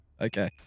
Okay